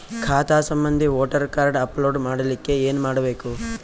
ಖಾತಾ ಸಂಬಂಧಿ voter card upload ಮಾಡಲಿಕ್ಕೆ ಏನ ಮಾಡಬೇಕು?